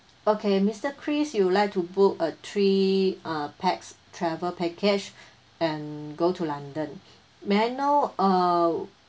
okay mister chris you would like to book a three uh pax travel package and mm go to london may I know uh which day or which uh